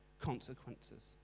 consequences